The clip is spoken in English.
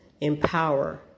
empower